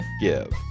give